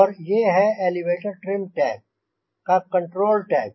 और ये है एलेवेटर ट्रिम टैब का कंट्रोल टैब